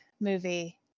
movie